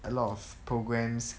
a lot of programs